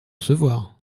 recevoir